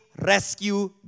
rescue